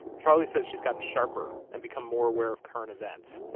charlie says she's gotten sharper and become more aware of current events. yeah